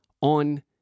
on